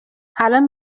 الان